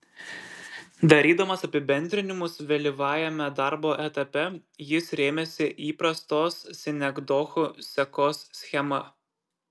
darydamas apibendrinimus vėlyvajame darbo etape jis rėmėsi įprastos sinekdochų sekos schema